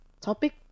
topic